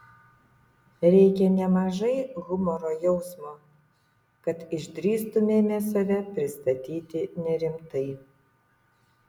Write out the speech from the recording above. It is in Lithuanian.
reikia nemažai humoro jausmo kad išdrįstumėme save pristatyti nerimtai